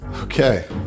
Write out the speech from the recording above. Okay